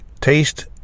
taste